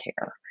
care